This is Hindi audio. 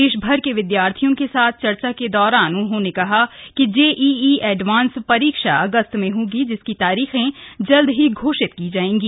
देशभर के विदयार्थियों के साथ चर्चा के दौरान उन्होंने कहा कि जे ई ई एडवान्स परीक्षा अगस्त में होगी जिसकी तारीखें जल्दी ही घोषित की जाएंगी